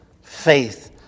faith